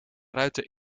ruiten